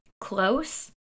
close